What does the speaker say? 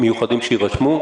על האזור שמשתמשים.